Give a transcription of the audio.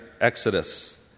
Exodus